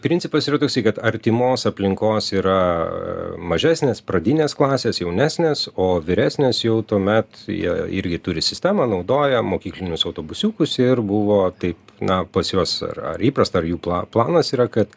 principas yra toksai kad artimos aplinkos yra mažesnės pradinės klasės jaunesnės o vyresnės jau tuomet jie irgi turi sistemą naudoja mokyklinius autobusiukus ir buvo taip na pas juos ar ar įprasta ar jų pla planas yra kad